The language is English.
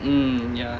mm ya